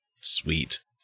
Sweet